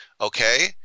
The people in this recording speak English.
okay